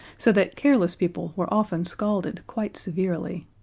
so that careless people were often scalded quite severely.